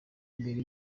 imbere